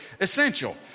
essential